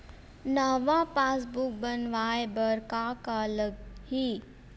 नवा पासबुक बनवाय बर का का लगही?